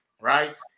right